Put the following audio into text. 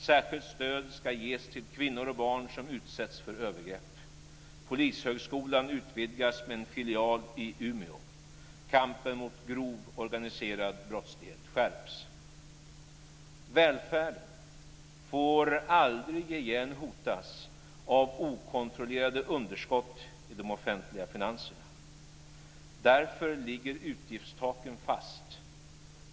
Särskilt stöd ska ges till kvinnor och barn som utsätts för övergrepp. Polishögskolan utvidgas med en filial i Umeå. Kampen mot grov organiserad brottslighet skärps. Välfärden får aldrig igen hotas av okontrollerade underskott i de offentliga finanserna. Därför ligger utgiftstaken fast.